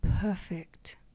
perfect